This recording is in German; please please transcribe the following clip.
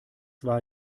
war